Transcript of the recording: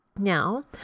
now